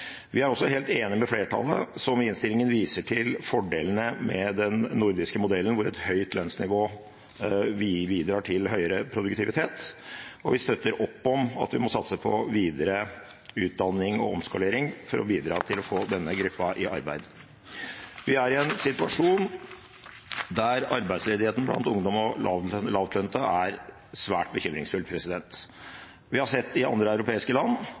Vi er også helt enige med flertallet når de i innstillingen viser til fordelene med den nordiske modellen, hvor et høyt lønnsnivå bidrar til høyere produktivitet. Og vi støtter opp om at vi må satse på videre utdanning og omskolering for å bidra til å få denne gruppen i arbeid. Vi er i en situasjon der arbeidsledigheten blant ungdom og lavtlønte er svært bekymringsfull. Vi har sett det i andre europeiske land,